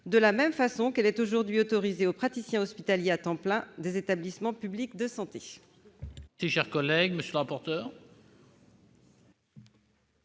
de la même façon que celle-ci est aujourd'hui autorisée aux praticiens hospitaliers à temps plein des établissements publics de santé.